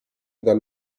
dal